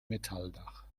metalldach